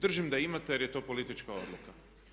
Držim da imate jer je to politička odluka.